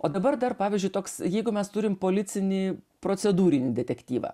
o dabar dar pavyzdžiui toks jeigu mes turim policinį procedūrinį detektyvą